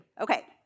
Okay